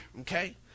okay